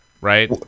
Right